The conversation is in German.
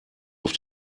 auf